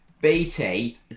BT